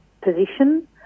position